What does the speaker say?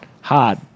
Hard